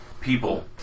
people